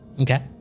Okay